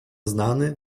znany